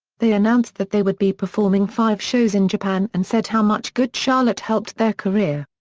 they announced that they would be performing five shows in japan and said how much good charlotte helped their career.